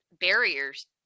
barriers